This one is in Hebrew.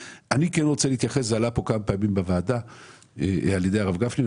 אני רוצה להתייחס למשהו שעלה פה כמה פעמים בוועדה על ידי הרב גפני.